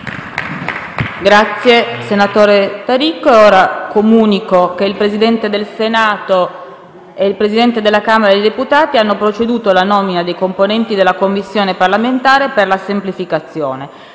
finestra"). Comunico che il Presidente del Senato e il Presidente della Camera dei deputati hanno proceduto alla nomina dei componenti della Commissione parlamentare per la semplificazione.